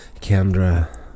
Kendra